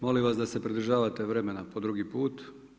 Molim vas da se pridržavate vremena po drugi put.